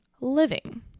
living